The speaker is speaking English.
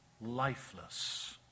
lifeless